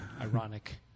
ironic